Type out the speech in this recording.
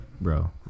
bro